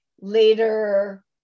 later